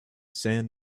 sand